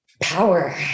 Power